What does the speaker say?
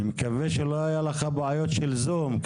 אני מקווה שלא היו לך בעיות של זום.